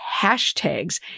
hashtags